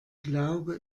glaube